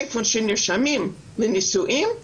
איפה שנרשמים לנישואים,